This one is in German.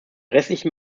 restlichen